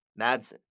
Madsen